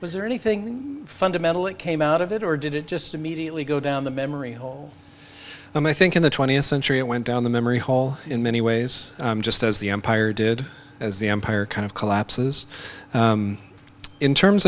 was there anything fundamental it came out of it or did it just immediately go down the memory hole i'm i think in the twentieth century it went down the memory hole in many ways just as the empire did as the empire kind of collapses in terms